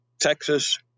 Texas